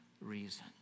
reason